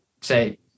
say